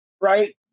right